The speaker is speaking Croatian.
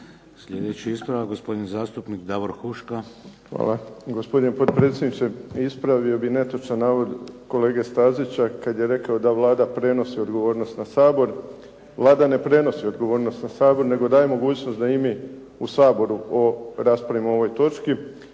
Sljedeći ispravak, gospodin zastupnik Davor Huška. **Huška, Davor (HDZ)** Hvala gospodine potpredsjedniče. Ispravio bih netočan navod kolege Stazića kad je rekao da Vlada prenosi odgovornost na Sabor. Vlada ne prenosi odgovornost na Sabor, nego daje mogućnost da i mi u Saboru raspravimo o ovoj točci.